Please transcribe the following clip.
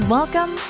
Welcome